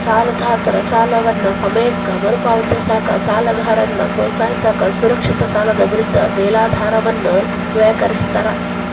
ಸಾಲದಾತರ ಸಾಲವನ್ನ ಸಮಯಕ್ಕ ಮರುಪಾವತಿಸಕ ಸಾಲಗಾರನ್ನ ಪ್ರೋತ್ಸಾಹಿಸಕ ಸುರಕ್ಷಿತ ಸಾಲದ ವಿರುದ್ಧ ಮೇಲಾಧಾರವನ್ನ ಸ್ವೇಕರಿಸ್ತಾರ